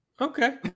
Okay